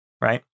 Right